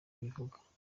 bivuga